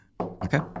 Okay